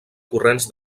corrents